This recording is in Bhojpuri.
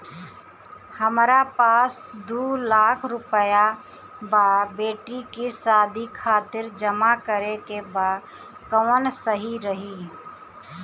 हमरा पास दू लाख रुपया बा बेटी के शादी खातिर जमा करे के बा कवन सही रही?